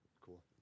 Cool